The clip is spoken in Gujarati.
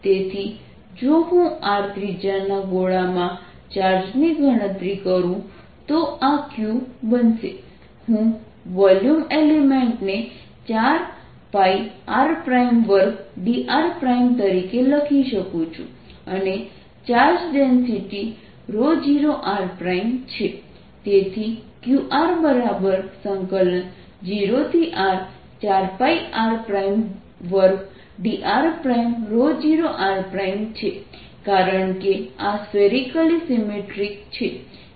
તેથી જો હું r ત્રિજ્યાના ગોળામાં ચાર્જની ગણતરી કરું તો આ q બનશે હું વોલ્યુમ એલિમેન્ટ ને 4πr2dr તરીકે લખી શકું છું અને ચાર્જ ડેન્સિટી 0r છે તેથી qr0r4πr2dr0r છે કારણ કે આ સ્ફેરિકલી સિમેટ્રિક છે